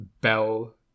Bell